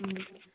ꯎꯝ